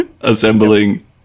Assembling